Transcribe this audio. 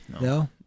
No